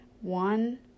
one